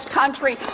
country